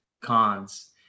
cons